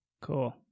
Cool